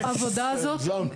העבודה הזאת --- הגזמת.